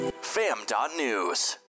fam.news